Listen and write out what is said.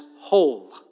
whole